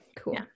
cool